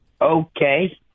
Okay